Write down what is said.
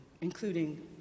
including